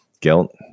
guilt